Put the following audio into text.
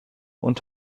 und